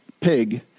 pig